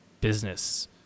Business